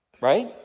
Right